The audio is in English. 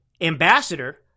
ambassador